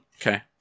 Okay